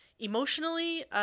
Emotionally